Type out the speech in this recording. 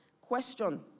Question